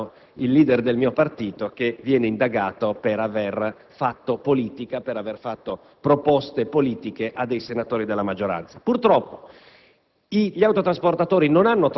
E nessun magistrato avrebbe pensato di indagare perché sono state fatte delle proposte politiche ad un senatore per assecondare le sue richieste,